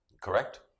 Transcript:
Correct